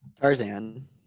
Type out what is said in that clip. Tarzan